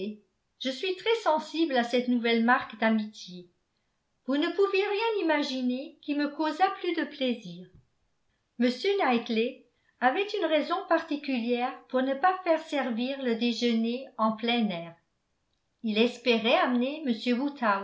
je suis très sensible à cette nouvelle marque d'amitié vous ne pouviez rien imaginer qui me causât plus de plaisir m knightley avait une raison particulière pour ne pas faire servir le déjeuner en plein air il espérait amener